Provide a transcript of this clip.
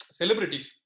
celebrities